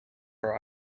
for